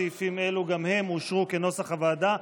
סעיפים אלו, כנוסח הוועדה,